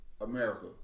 America